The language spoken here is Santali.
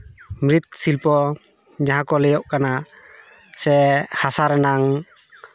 ᱢᱨᱤᱛ ᱥᱤᱞᱯᱚ ᱡᱟᱦᱟᱸ ᱠᱚ ᱞᱟᱹᱭᱚᱜ ᱠᱟᱱᱟ ᱥᱮ ᱦᱟᱥᱟ ᱨᱮᱱᱟᱝ